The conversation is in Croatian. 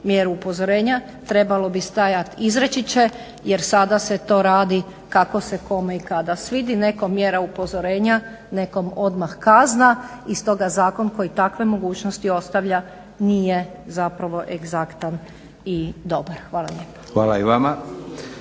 mjeru upozorenja, trebalo bi stajati izreći će jer sada se to radi kako se kome i kada svidi. Nekom mjera upozorenja, nekom odmah kazna. I stoga zakon koji takve mogućnosti ostavlja nije egzaktan i dobar. Hvala lijepa.